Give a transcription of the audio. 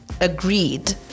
agreed